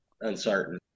uncertain